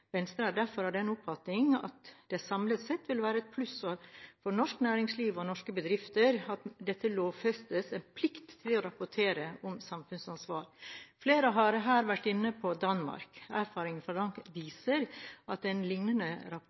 Venstre er derfor av den oppfatning at det samlet sett vil være et pluss for norsk næringsliv og norske bedrifter at det lovfestes en plikt til å rapportere om samfunnsansvar. Flere har vært inne på Danmark, og erfaringene fra Danmark viser at et lignende